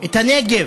את הנגב.